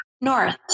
north